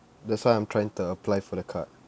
that's why I'm trying to apply for the card